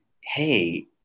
hey